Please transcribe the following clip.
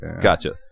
gotcha